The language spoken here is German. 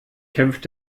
kämpft